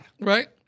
Right